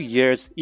Year's